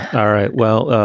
all right. well,